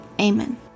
amen